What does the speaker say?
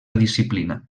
disciplina